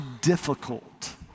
difficult